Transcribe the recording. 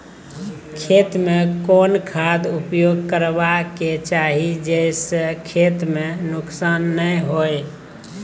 खेत में कोन खाद उपयोग करबा के चाही जे स खेत में नुकसान नैय होय?